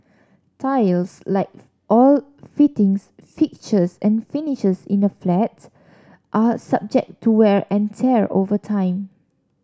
tiles like all fittings fixtures and finishes in a flats are subject to wear and tear over time